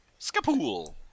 Skapool